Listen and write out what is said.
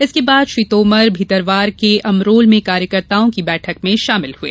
इसके बाद श्री तोमर ने भीतरवार के अमरोल में कार्यकर्ताओं की बैठक में शामिल हुए